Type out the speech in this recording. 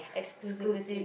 exclusivity